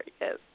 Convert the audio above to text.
yes